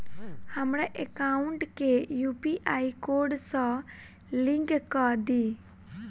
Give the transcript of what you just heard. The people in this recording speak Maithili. हमरा एकाउंट केँ यु.पी.आई कोड सअ लिंक कऽ दिऽ?